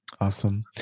Awesome